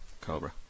Cobra